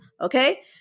Okay